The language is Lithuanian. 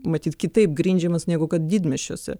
matyt kitaip grindžiamas negu kad didmiesčiuose